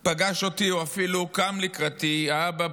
פגש אותי או אפילו קם לקראתי האבא,